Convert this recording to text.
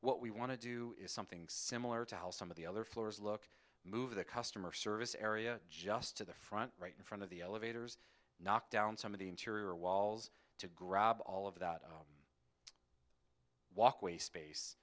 what we want to do is something similar to how some of the other floors look move the customer service area just to the front right in front of the elevators knock down some of the interior walls to grab all of that walkway space